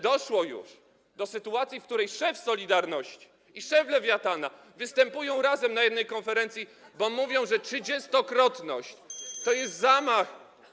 Doszło już do sytuacji, w której szef „Solidarności” i szef Lewiatana występują razem na jednej konferencji, bo mówią, że trzydziestokrotność to jest zamach.